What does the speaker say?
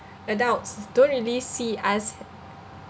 adults don't really see us